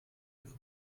ihre